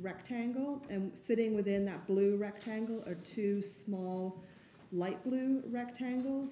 rectangle and sitting within that blue rectangle are two small light blue rectangles